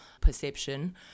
perception